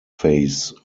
face